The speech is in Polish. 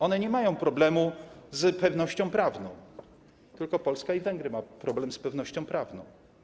One nie mają problemu z pewnością prawną, tylko Polska i Węgry mają problem z pewnością prawną.